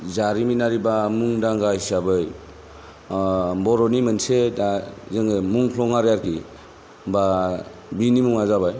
जारिमिनारि बा मुंदांखा हिसाबै ओ बर'नि मोनसे दा जोङो मुंख्लं आरोखि बा बिनि मुङा जाबाय